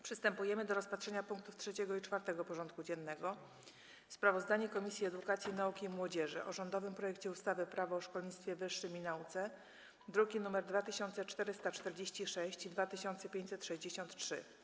Przystępujemy do rozpatrzenia punktów 3. i 4. porządku dziennego: 3. Sprawozdanie Komisji Edukacji, Nauki i Młodzieży o rządowym projekcie ustawy Prawo o szkolnictwie wyższym i nauce (druki nr 2446 i 2563)